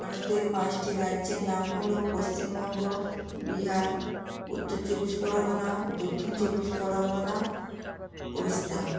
ভারতের পাঁচটি রাজ্যের নাম হল পশ্চিমবঙ্গ বিহার উত্তর চব্বিশ পরগনা দক্ষিণ চব্বিশ পরগনা উড়িষ্যা